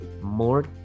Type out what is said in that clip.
more